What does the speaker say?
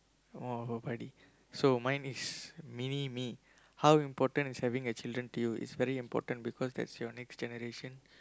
!wah! so mine is mini-me how important is having a children deal is very important because that is your next generation